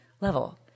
level